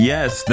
Yes